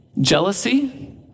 Jealousy